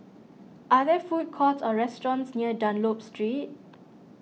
are there food courts or restaurants near Dunlop Street